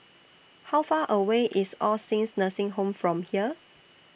How Far away IS All Saints Nursing Home from here